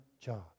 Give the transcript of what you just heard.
job